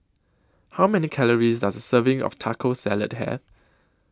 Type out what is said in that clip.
How Many Calories Does A Serving of Taco Salad Have